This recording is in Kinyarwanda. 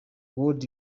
world